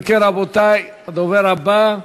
אם כן, רבותי, הדובר הבא,